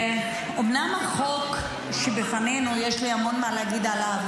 אומנם החוק שבפנינו, יש לי המון מה להגיד עליו.